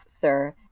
sir